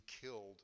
killed